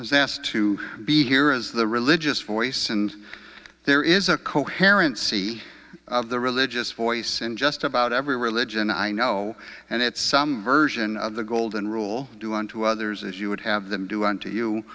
was asked to be here as the religious voice and there is a coherency of the religious voice in just about every religion i know and it's some version of the golden rule do unto others as you would have them do unto you